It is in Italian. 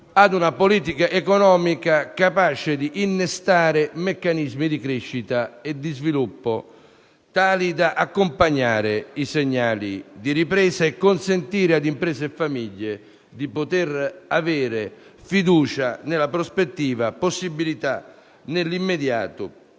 ad una politica economica capace di innescare meccanismi di crescita e di sviluppo tali da accompagnare i segnali di ripresa e consentire a imprese e famiglie di avere fiducia nella prospettiva di disporre di